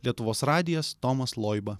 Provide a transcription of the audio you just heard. lietuvos radijas tomas loiba